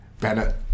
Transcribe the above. Bennett